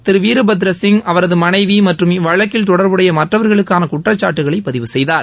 திரு வீர்பத்ர சிங் அவரது மனைவி மற்றும் இவ்வழக்கில் தொடர்புடைய மற்றவர்களுக்கான குற்றச்சாட்டுக்களை பதிவு செய்தார்